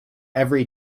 every